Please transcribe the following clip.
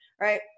right